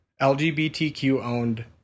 LGBTQ-owned